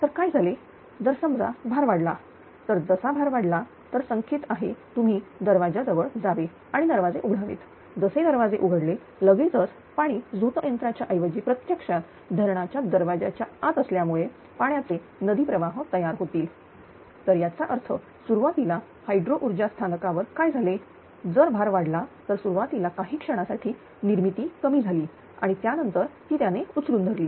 तर काय झाले जर समजा भार वाढला तर जसा भार वाढला तर संकेत आहे तुम्ही दरवाजा जवळ जावे आणि दरवाजे उघडावेत जसे दरवाजे उघडले लगेचच पाणी झोतयंत्राच्या ऐवजी प्रत्यक्षात धरणाच्या दरवाजाच्या आत असल्यामुळे पाण्याचे नदी प्रवाह तयार होतील तर याचा अर्थ सुरुवातीला हायड्रो उर्जा स्थानकावर काय झाले जर भार वाढला तर सुरुवातीला काही क्षणासाठी निर्मिती कमी झाली आणि त्यानंतर ती त्याने उचलून धरली